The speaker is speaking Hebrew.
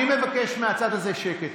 אני מבקש מהצד הזה שקט.